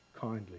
kindly